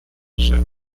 setting